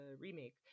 remake